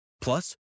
Plus